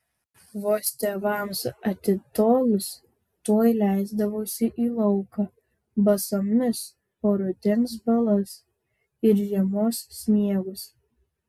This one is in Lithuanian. vos tėvams atitolus tuoj leisdavausi į lauką basomis po rudens balas ir žiemos sniegus